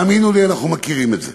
האמינו לי, אנחנו מכירים את זה.